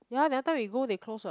ya that time we go they closed what